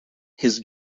his